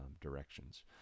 directions